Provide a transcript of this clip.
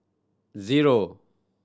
zero